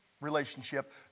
relationship